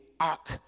Ark